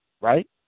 Right